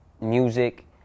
music